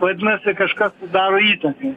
vadinasi kažkas tai daro įtaką